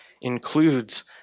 includes